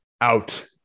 out